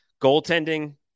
goaltending